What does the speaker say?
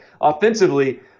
offensively